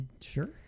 Sure